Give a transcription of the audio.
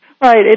Right